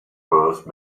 purse